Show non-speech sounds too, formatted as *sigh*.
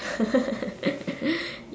*laughs*